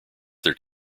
their